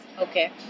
okay